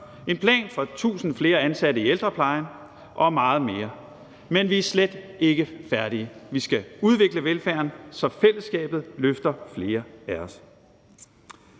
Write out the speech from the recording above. en plan for 1.000 flere ansatte i ældreplejen og meget mere. Men vi er slet ikke færdige. Vi skal udvikle velfærden, så fællesskabet løfter flere af os.